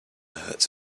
hurts